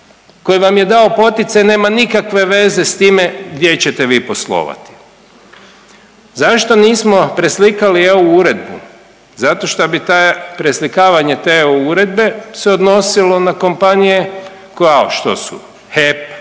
koji vam je dao poticaj nema nikakve veze s time gdje ćete vi poslovati. Zašto nismo preslikali EU uredbu? Zato što bi preslikavanje te EU uredbe se odnosilo na kompanije kao što su HEP,